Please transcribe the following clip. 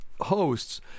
hosts